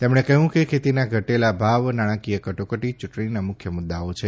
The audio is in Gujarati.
તેમણે કહ્યું કે ખેતીના ઘટેલા ભાવ નાણાંકીય કટોકટી ચૂંટણીના મુખ્ય મુદ્દાઓ છે